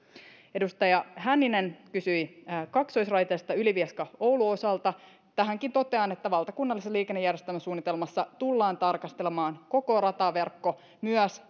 edustaja hänninen kysyi kaksoisraiteesta ylivieska oulu välin osalta tähänkin totean että valtakunnallisessa liikennejärjestelmäsuunnitelmassa tullaan tarkastelemaan koko rataverkkoa myös